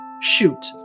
Shoot